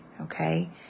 Okay